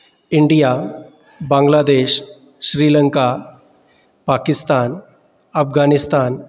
India Bangladesh Sri Lanka Pakistan Afghanistan